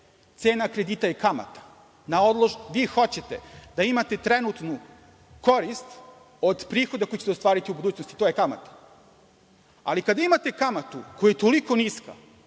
Cena kredita je kamata, na odloženo, vi hoćete da imate trenutnu korist od prihoda koju će te ostvariti u budućnosti to je kamata, ali kada vi imate kamatu koja je toliko niska,